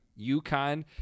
UConn